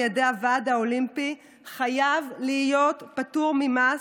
ידי הוועד האולימפי חייב להיות פטור ממס,